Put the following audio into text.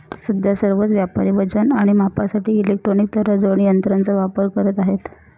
सध्या सर्वच व्यापारी वजन आणि मापासाठी इलेक्ट्रॉनिक तराजू आणि यंत्रांचा वापर करत आहेत